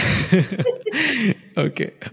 Okay